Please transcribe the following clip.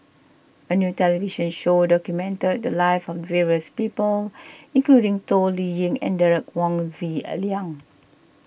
a new television show documented the lives of various people including Toh Liying and Derek Wong Zi Liang